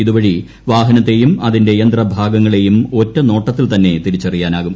ഇതുവഴി വാഹനത്തേയും അതിന്റെ യന്ത്രഭാഗങ്ങളേയും ഒറ്റനോട്ടത്തിൽ തന്നെ തിരിച്ചറിയാനാകും